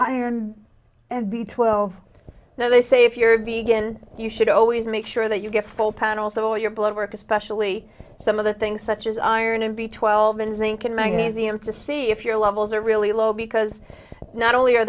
iron and b twelve now they say if you're in you should always make sure that you get a full panel so all your blood work especially some of the things such as iron and b twelve and zinc and magnesium to see if your levels are really low because not only are